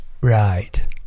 Right